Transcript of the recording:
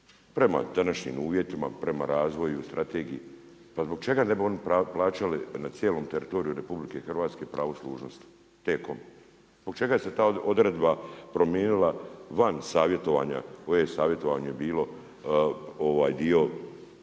prema današnjim uvjetima, prema razvoju, strategiji. Pa zbog čega ne bi oni plaćali na cijelom teritoriju RH pravo služnosti T-Com, zbog čega je se ta odredba promijenila van savjetovanja … savjetovanje bilo